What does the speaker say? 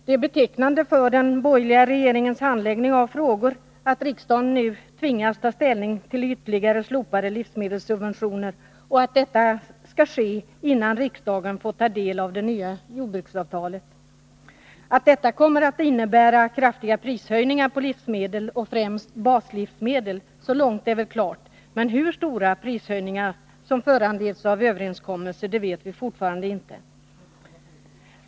Det är betecknande för den borgerliga regeringens handläggning av frågor, att riksdagen nu tvingas ta ställning till ytterligare slopade livsmedelssubventioner och att detta skall ske innan riksdagen fått ta del av det nya jordbruksavtalet. Så långt är det väl klart att detta avtal kommer att innebära kraftiga prishöjningar på livsmedel och främst baslivsmedel, men hur stora prishöjningar som föranleds av överenskommelsen vet vi fortfarande inte.